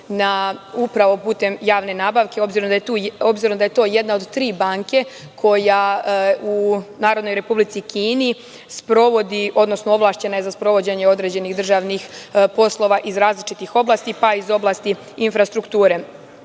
upravo putem javne nabavke, obzirom da je to jedna od tri banke koja u Narodnoj Republici Kini sprovodi, odnosno ovlašćena je za sprovođenje određenih državnih poslova iz različitih oblasti, pa i iz oblasti infrastrukture. Mislim,